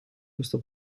questo